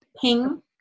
Ping